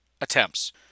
attempts